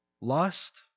lust